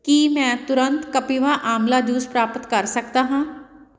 ਕੀ ਮੈਂ ਤੁਰੰਤ ਕਪਿਵਾ ਆਮਲਾ ਜੂਸ ਪ੍ਰਾਪਤ ਕਰ ਸਕਦਾ ਹਾਂ